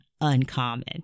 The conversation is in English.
uncommon